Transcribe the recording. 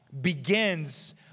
begins